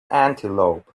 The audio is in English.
antelope